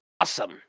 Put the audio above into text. awesome